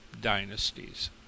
dynasties